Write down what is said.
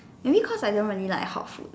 maybe cause I don't really like hot food